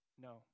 No